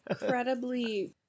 Incredibly